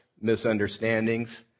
misunderstandings